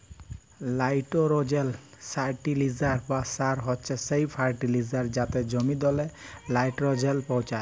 লাইটোরোজেল ফার্টিলিসার বা সার হছে সেই ফার্টিলিসার যাতে জমিললে লাইটোরোজেল পৌঁছায়